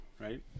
right